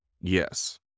Yes